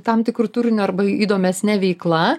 tam tikru turiniu arba įdomesne veikla